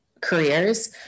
careers